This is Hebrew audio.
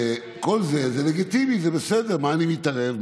וכל זה לגיטימי, זה בסדר, מה אני מתערב?